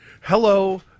hello